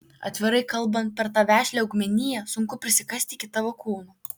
atvirai kalbant per tą vešlią augmeniją sunku prisikasti iki tavo kūno